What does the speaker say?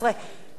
לא עברה.